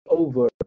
over